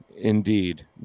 indeed